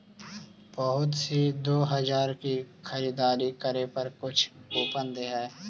बहुत सी दो हजार की खरीदारी करे पर कुछ कूपन दे हई